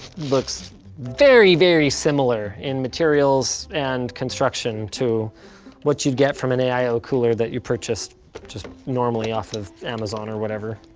looks very, very similar materials and construction to what you'd get from an aio cooler that you purchased just normally off of amazon or whatever.